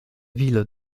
ville